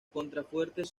contrafuertes